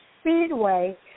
Speedway